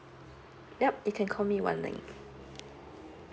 yup you can call me wan leng